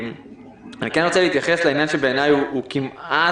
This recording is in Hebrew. אני כן רוצה להתייחס לעניין שבעיניי הוא כמעט